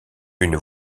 une